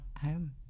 home